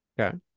Okay